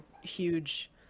huge